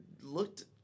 looked